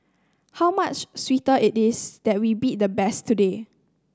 how much sweeter it is that we beat the best today